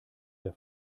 der